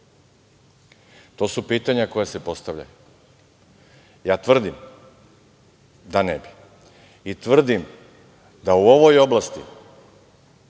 To su pitanja koja se postavljaju. Tvrdim da ne bi. Tvrdim da u ovoj oblasti